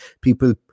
people